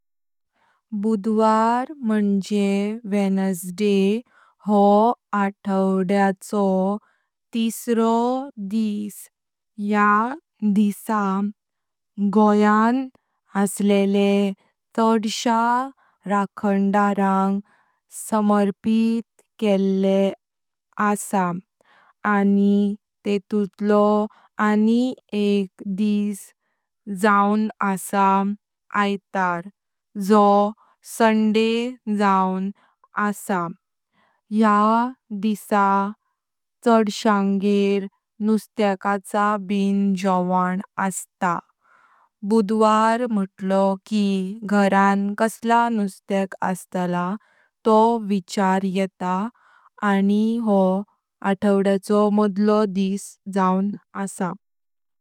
बुधवार मुळे, हो आठवड्याचो तिसरो दिस। ह्या दिसा गोंय असलेले छडशा रखंदाराक समर्पित केले असां आनी तीतुलो आनी एक दिस जाऊंन असां आइतार जावं असां। ह्या दिसा छडशयांगर नुस्त्याचे बिन जावन। बुधवार मूटलो कि घर कासले नुस्ते अस्तले तो विचार येता आनी हो आठवड्याचो मदलो दिस जावं असां।